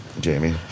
Jamie